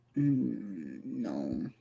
No